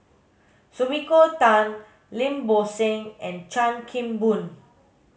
Sumiko Tan Lim Bo Seng and Chan Kim Boon